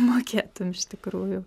mokėtum iš tikrųjų